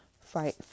fight